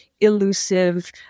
elusive